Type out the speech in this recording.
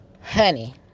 honey